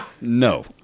No